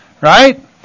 right